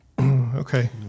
okay